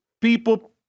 People